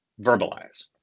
verbalize